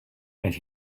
and